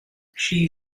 she